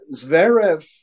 Zverev